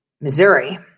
Missouri